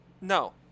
No